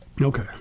Okay